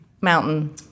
mountain